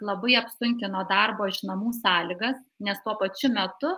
labai apsunkino darbo iš namų sąlyga nes tuo pačiu metu